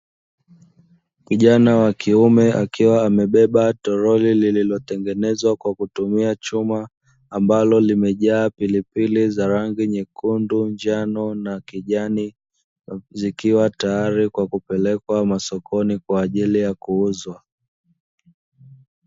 Kijana wa kiume akiwa amebeba toroli lililotengenezwa kwa kutumia chuma, ambalo limejaa pilipili za rangi nyekundu, njano na kijani zikiwa tayari kwa kupelekwa masokoni kwa ajili ya kuuzwa.